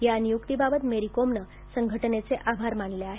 या नियुक्तीबाबत मेरी कोमने संघटनेचे आभेर मानले आहेत